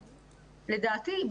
לדעתי,